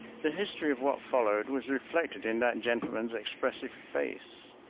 the history of what followed was reflected in that gentleman's expressive face.